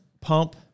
pump